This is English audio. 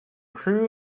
crew